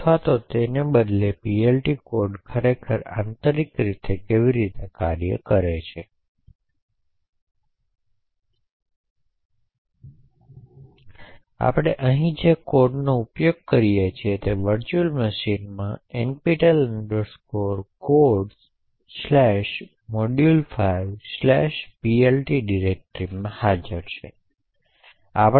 આ rdtsc function ખરેખર આ સૂચનોને અમલમાં મૂકતા પહેલા જેને ટાઇમ સ્ટેમ્પ તરીકે ઓળખાય છે તે આપે છે